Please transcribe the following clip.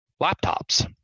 laptops